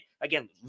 Again